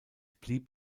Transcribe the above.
blieb